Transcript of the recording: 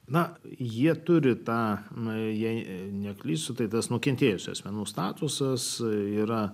na jie turi tą na jei neklystu tai tas nukentėjusių asmenų statusas yra